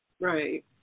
Right